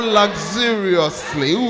luxuriously